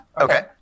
Okay